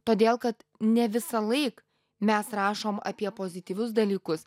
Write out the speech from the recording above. todėl kad ne visąlaik mes rašom apie pozityvius dalykus